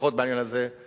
לפחות בעניין הזה,